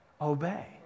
Obey